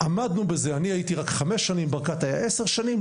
עמדנו בזה אני הייתי רק חמש שנים ברקת היה 10 שנים,